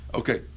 okay